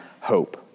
hope